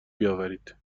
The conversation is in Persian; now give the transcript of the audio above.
بیاورید